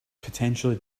potentially